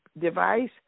device